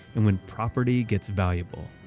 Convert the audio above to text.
and when property gets valuable,